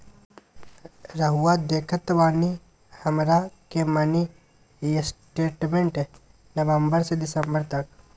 रहुआ देखतानी हमरा के मिनी स्टेटमेंट नवंबर से दिसंबर तक?